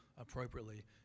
appropriately